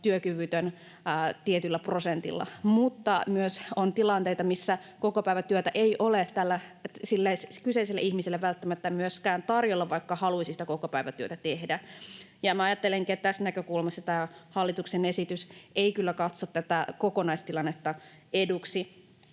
työkyvytön tietyllä prosentilla. Mutta myös on tilanteita, missä kokopäivätyötä ei ole sille kyseiselle ihmiselle välttämättä myöskään tarjolla, vaikka hän haluisi sitä kokopäivätyötä tehdä. Minä ajattelenkin, että tästä näkökulmasta tämä hallituksen esitys ei kyllä katso tätä kokonaistilannetta eduksi.